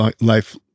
life